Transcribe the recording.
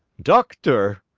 doctor!